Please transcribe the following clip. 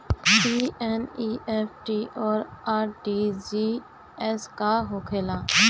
ई एन.ई.एफ.टी और आर.टी.जी.एस का होखे ला?